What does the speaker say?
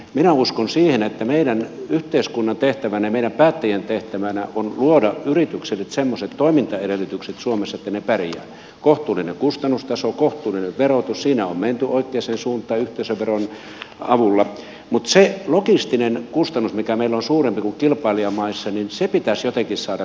minä uskon siihen että meidän yhteiskunnan tehtävänä ja meidän päättäjien tehtävänä on luoda yrityksille semmoiset toimintaedellytykset suomessa että ne pärjäävät kohtuullinen kustannustaso kohtuullinen verotus siinä on menty oikeaan suuntaan yhteisöveron avulla ja se logistinen kustannus mikä meillä on suurempi kuin kilpailijamaissa pitäisi jotenkin saada korjattua